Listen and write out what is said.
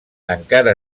encara